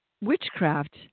witchcraft